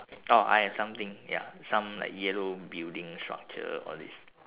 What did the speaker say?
oh I have something ya some like yellow building structure all this